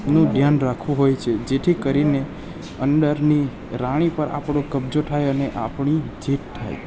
નું ધ્યાન રાખવું હોય છે જેથી કરીને અંદરની રાણી પર આપડો કબજો થાય અને આપણી જીત થાય